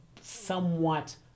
somewhat